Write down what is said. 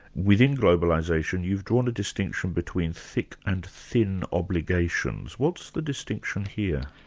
within globalisation you've drawn a distinction between thick and thin obligations. what's the distinction here?